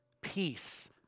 Peace